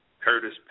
Curtis